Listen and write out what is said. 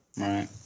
Right